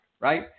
right